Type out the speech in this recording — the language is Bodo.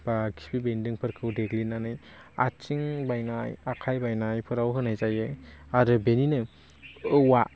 बा खिफि बेन्दोंफोरखौ देग्लिनानै आइथिं बायनाय आखाइ बानायफ्राव आरो बेनिनो औवा